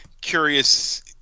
curious